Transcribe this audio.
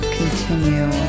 continue